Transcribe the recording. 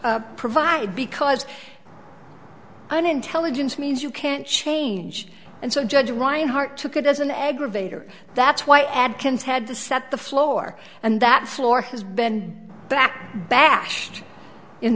preserve provide because an intelligence means you can't change and so judge reinhardt took it as an aggravator that's why adkins had to set the floor and that floor has been back bashed in